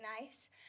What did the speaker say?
nice